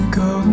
go